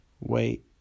Wait